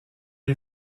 est